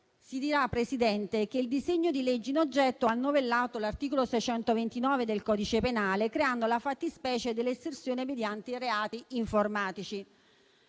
Si dirà che il disegno di legge in oggetto ha novellato l'articolo 629 del codice penale, creando la fattispecie dell'estorsione mediante i reati informatici,